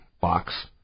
box